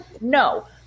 No